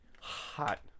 hot